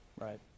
Right